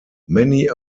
many